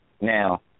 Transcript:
Now